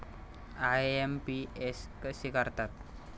IMPS कसे करतात?